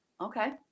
Okay